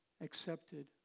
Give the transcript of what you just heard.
accepted